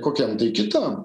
kokiam kitam